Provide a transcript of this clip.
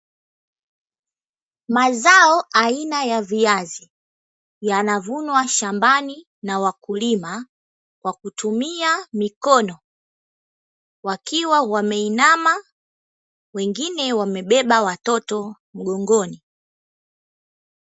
Mazao aina ya viazi yanavunwa shambani na wakulima kwa kutumia mikono wakiwa wameinama wengine wamebeba watoto mgongoni.